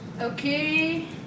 okay